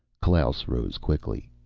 klaus rose quickly.